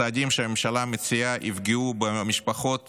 הצעדים שהממשלה מציעה יפגעו במשפחות